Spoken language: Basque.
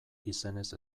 izenez